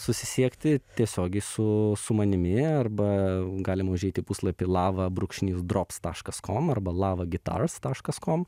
susisiekti tiesiogiai su su manimi arba galima užeiti į puslapį lava brūkšnys drops taškas kom arba lava gitaras taškas kom